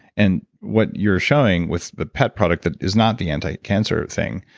and what you're showing with the pet product, that is not the anti-cancer thing.